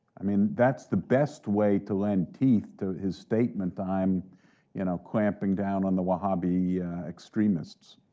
i mean that's the best way to lend teeth to his statement i'm you know clamping down on the wahhabi extremists.